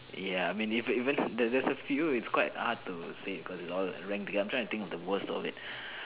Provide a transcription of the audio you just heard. ya I mean even there's there's a few it's quite hard to say cause it's all ranked to I'm trying to think of the worst of it